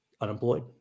unemployed